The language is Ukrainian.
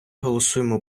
голосуємо